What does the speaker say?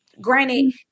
Granted